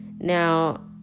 Now